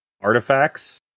artifacts